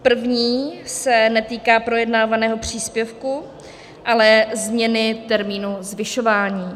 První se netýká projednávaného příspěvku, ale změny termínu zvyšování.